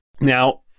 now